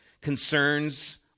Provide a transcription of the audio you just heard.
concerns